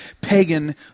pagan